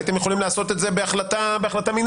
להבנתי הייתם יכולים לעשות את זה בהחלטה מנהלית